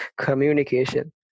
communication